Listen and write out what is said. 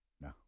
No